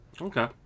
Okay